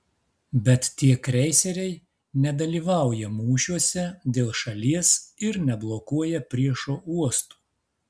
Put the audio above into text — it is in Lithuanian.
bet tie kreiseriai nedalyvauja mūšiuose dėl šalies ir neblokuoja priešo uostų